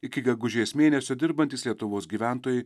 iki gegužės mėnesio dirbantys lietuvos gyventojai